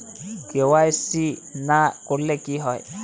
KYC না করলে কি হয়?